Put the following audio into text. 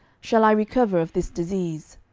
shall i recover of this disease?